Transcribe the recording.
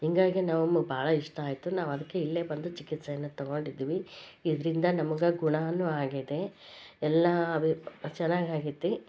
ಹೀಗಾಗೆ ನಮಗೆ ಭಾಳ ಇಷ್ಟ ಆಯಿತು ನಾವು ಅದಕ್ಕೆ ಇಲ್ಲೇ ಬಂದು ಚಿಕಿತ್ಸೆಯನ್ನು ತಗೊಂಡಿದ್ವಿ ಇದರಿಂದ ನಮ್ಗೆ ಗುಣಾನೂ ಆಗಿದೆ ಎಲ್ಲ ಚೆನ್ನಾಗ್ ಆಗಿದೆ